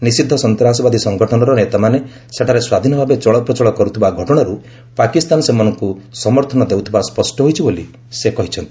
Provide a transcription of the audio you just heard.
ନିଷିଦ୍ଧ ସନ୍ତାସବାଦୀ ସଂଗଠନର ନେତାମାନେ ସେଠାରେ ସ୍ୱାଧୀନଭାବେ ଚଳପ୍ରଚଳ କରୁଥିବା ଘଟଣାରୁ ପାକିସ୍ତାନ ସେମାନଙ୍କୁ ସମର୍ଥନ ଦେଉଥିବା ସ୍ୱଷ୍ଟ ହୋଇଛି ବୋଲି ସେ କହିଚ୍ଛନ୍ତି